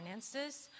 finances